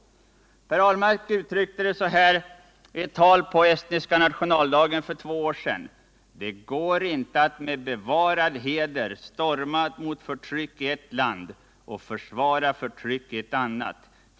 Per Ahlmark uttryckte det så här vid ett tal på estniska nationaldagen för två år sedan: ”Det går inte att med bevarad heder storma mot förtryck i ett land och försvara förtryck i ett annat.